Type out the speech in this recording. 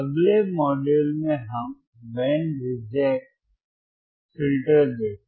अगले मॉड्यूल में हम बैंड रिजेक्ट फिल्टर देखेंगे